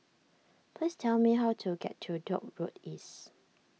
please tell me how to get to Dock Road East